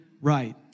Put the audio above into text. right